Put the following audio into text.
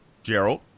Gerald